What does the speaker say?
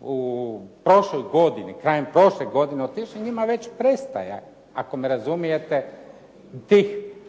u prošloj godini, krajem prošle godine otišli njima već prestaje. Ako me razumijete tih